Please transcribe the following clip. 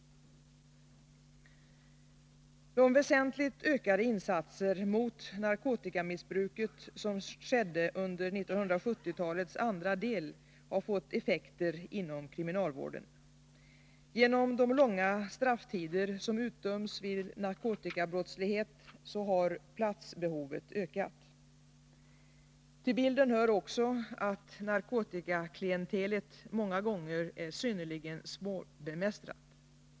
De väsentligt ökade insatser mot narkotikamissbruket som gjordes under 1970-talets senare del har fått effekter inom kriminalvården. Genom de långa strafftider som utdöms vid narkotikabrottslighet har platsbehovet ökat. Till bilden hör också att narkotikaklientelet många gånger är synnerligen svårbemästrat.